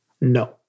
No